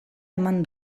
eman